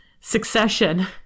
Succession